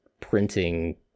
printing